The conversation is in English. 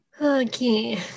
Okay